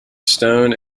stone